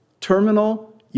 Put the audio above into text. Terminal